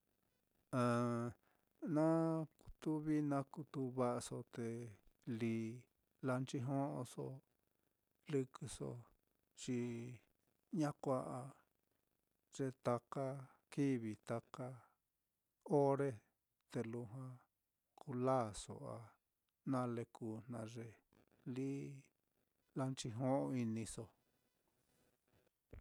Na kutu vií na kutu va'aso te lí lanchijo'oso lɨkɨso, xi ña kua'a ye takakivi taka ore, te lujua kuu lāāso a nale kuu jna ye lí lanchijo'o-iniso.